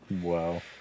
Wow